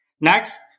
Next